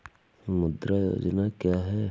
मुद्रा योजना क्या है?